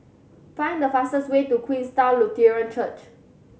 find the fastest way to Queenstown Lutheran Church